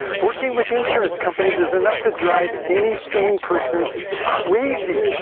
working with insurance companies is enough to drive any sane person crazy.